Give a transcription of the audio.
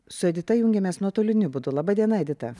su edita jungiamės nuotoliniu būdu laba diena edita